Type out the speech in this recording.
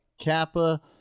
Kappa